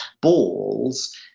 balls